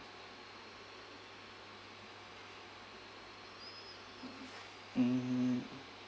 mm